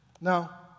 Now